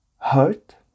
Hurt